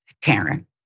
Karen